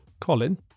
Colin